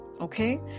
Okay